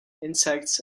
insects